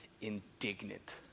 indignant